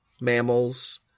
mammals